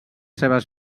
seves